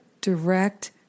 direct